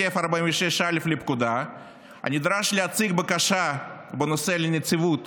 סעיף 46(א) לפקודה נדרש להציג בקשה בנושא לנציבות